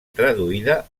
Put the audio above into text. traduïda